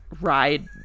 ride